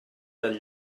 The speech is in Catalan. del